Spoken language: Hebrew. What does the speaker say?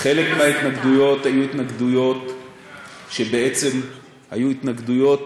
חלק מההתנגדויות היו בעצם התנגדויות